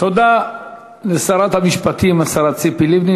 תודה לשרת המשפטים, השרה ציפי לבני.